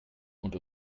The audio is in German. und